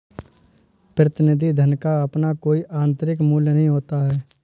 प्रतिनिधि धन का अपना कोई आतंरिक मूल्य नहीं होता है